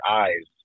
eyes